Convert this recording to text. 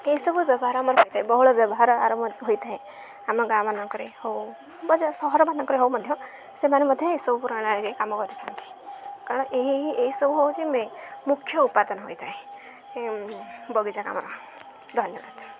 ଏହିସବୁ ବ୍ୟବହାର ହୋଇଥାଏ ବହୁଳ ବ୍ୟବହାର ଆର ହୋଇଥାଏ ଆମ ଗାଁ ମାନଙ୍କରେ ହଉ ବା ସହର ମାନଙ୍କରେ ହଉ ମଧ୍ୟ ସେମାନେ ମଧ୍ୟ ଏହିସବୁ ପ୍ରଣାଳୀରେ କାମ କରିଥାନ୍ତି କାରଣ ଏହି ଏହିସବୁ ହେଉଛି ମୁଖ୍ୟ ଉପାଦାନ ହୋଇଥାଏ ବଗିଚା କାମର ଧନ୍ୟବାଦ